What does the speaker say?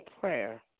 Prayer